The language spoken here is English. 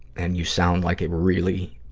and you sound like a really,